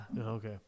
Okay